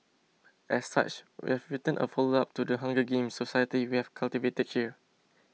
as such we've written a follow up to the Hunger Games society we have cultivated here